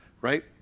right